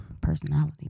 Personality